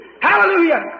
Hallelujah